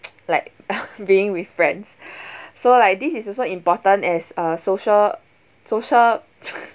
like being with friends so like this is also important as uh social social